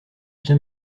bien